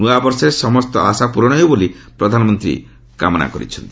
ନୂଆବର୍ଷରେ ସମସ୍ତ ଆଶା ପର୍ରଣ ହେଉ ବୋଲି ପ୍ରଧାନମନ୍ତ୍ରୀ କାମନା କରିଛନ୍ତି